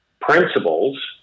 principles